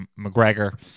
McGregor